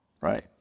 Right